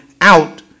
out